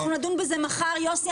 אנחנו נדון בזה מחר יוסי,